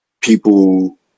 people